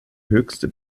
höchste